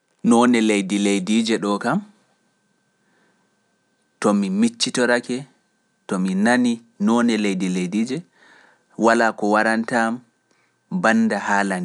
Noone leydi leydiije ɗo kam, to mi miccitorake, to mi nani noone leydi leydiije, walaa ko waranta am bannda haala